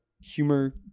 humor